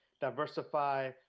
diversify –